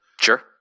Sure